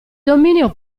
dominio